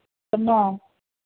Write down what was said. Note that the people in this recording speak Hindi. प्रणाम